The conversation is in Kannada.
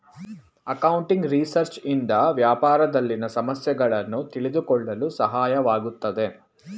ಅಕೌಂಟಿಂಗ್ ರಿಸರ್ಚ್ ಇಂದ ವ್ಯಾಪಾರದಲ್ಲಿನ ಸಮಸ್ಯೆಗಳನ್ನು ತಿಳಿದುಕೊಳ್ಳಲು ಸಹಾಯವಾಗುತ್ತದೆ